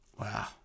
Wow